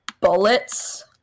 bullets